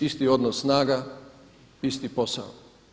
Isti odnos snaga, isti posao.